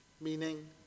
meaning